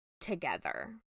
together